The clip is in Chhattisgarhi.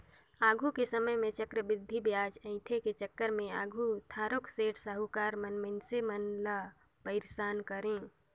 आघु के समे में चक्रबृद्धि बियाज अंइठे के चक्कर में आघु थारोक सेठ, साहुकार मन मइनसे मन ल पइरसान करें